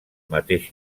mateix